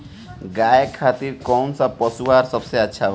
गाय खातिर कउन सा पशु आहार सबसे अच्छा बा?